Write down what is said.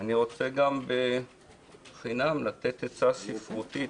אני רוצה גם בחינם לתת עצה ספרותית